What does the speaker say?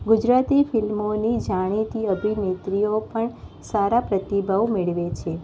ગુજરાતી ફિલ્મોની જાણીતી અભિનેત્રીઓ પણ સારા પ્રતિભાવ મેળવે છે